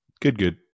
Good-good